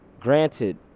granted